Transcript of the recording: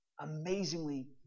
amazingly